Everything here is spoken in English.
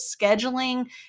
scheduling